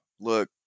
Look